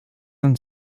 and